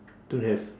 don't have